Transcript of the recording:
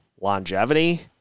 longevity